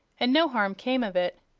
and no harm came of it.